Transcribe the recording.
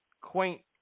quaint